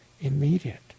immediate